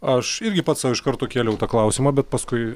aš irgi pats sau iš karto kėliau tą klausimą bet paskui